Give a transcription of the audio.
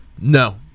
No